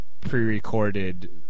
pre-recorded